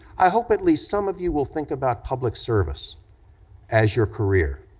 i hope at least some of you will think about public service as your career.